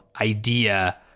idea